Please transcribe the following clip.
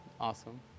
Awesome